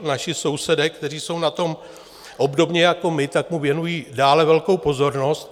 Naši sousedé, kteří jsou na tom obdobně jako my, mu věnují dále velkou pozornost.